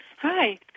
Hi